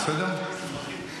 בבקשה,